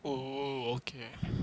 oh okay